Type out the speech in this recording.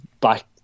back